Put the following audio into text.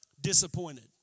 disappointed